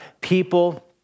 people